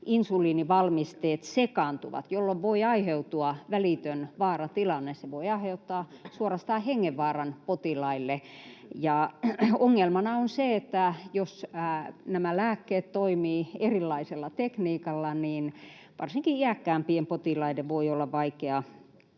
insuliinivalmisteet sekaantuvat, jolloin voi aiheutua välitön vaaratilanne. Se voi aiheuttaa suorastaan hengenvaaran potilaille. Ongelmana on se, että jos nämä lääkkeet toimivat erilaisella tekniikalla, niin varsinkin iäkkäämpien potilaiden voi olla vaikea